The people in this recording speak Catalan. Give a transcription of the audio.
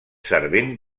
servent